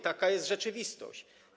Taka jest rzeczywistość.